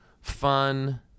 fun